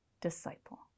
disciple